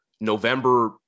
November